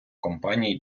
компаній